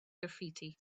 graffiti